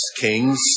kings